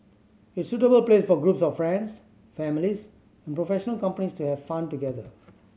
it's suitable place for groups of friends families and professional companies to have fun together